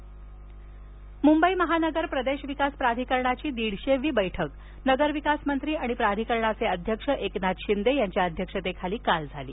मुंबई मुंबई महानगर प्रदेश विकास प्राधिकरणाची दीडशेवी बैठक नगर विकास मंत्री आणि प्राधिकरणाचे अध्यक्ष एकनाथ शिंदे यांच्या अध्यक्षतेखाली काल झाली